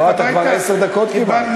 אתה כבר עשר דקות קיבלת.